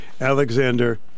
Alexander